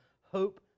hope